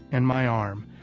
and my arm.